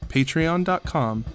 Patreon.com